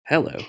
hello